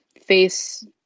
face